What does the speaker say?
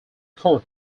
court